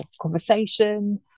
conversation